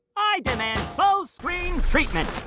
i demand full-screen treatment.